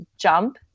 jump